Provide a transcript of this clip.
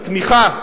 התמיכה,